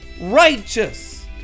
righteous